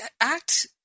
act